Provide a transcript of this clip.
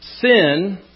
Sin